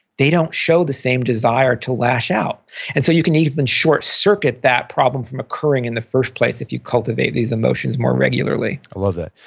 they don't show the same desire to lash out and so you can even short circuit that problem from occurring in the first place if you cultivate these emotions more regularly i love that.